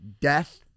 death